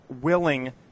willing